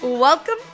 Welcome